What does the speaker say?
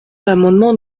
l’amendement